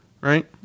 right